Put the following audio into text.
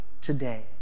today